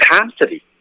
capacity